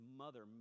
mother